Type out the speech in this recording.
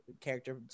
character